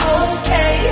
okay